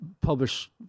publish